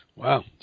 Wow